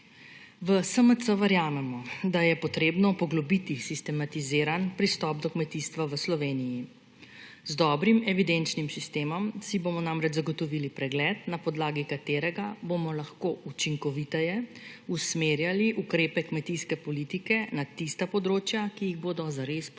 V SMC verjamemo, da je potrebno poglobiti sistematiziran pristop do kmetijstva v Sloveniji. Z dobrim evidenčnim sistemom si bomo namreč zagotovili pregled, na podlagi katerega bomo lahko učinkoviteje usmerjali ukrepe kmetijske politike na tista področja, ki jih bodo zares potrebovala.